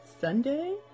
Sunday